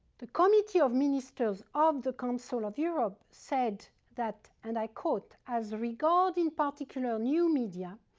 the committee of ministers of the council of europe said that, and i quote, as regards in particular new media,